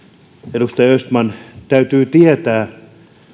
edustaja östman täytyy tietää